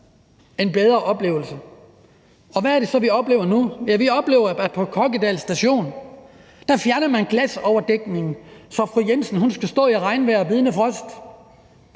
en bedre oplevelse. Hvad er det så, vi oplever nu? Vi oplever, at på Kokkedal Station har man fjernet glasoverdækningen, så fru Jensen skal stå i regnvejr og bidende frost